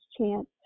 chance